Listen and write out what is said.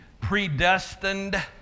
predestined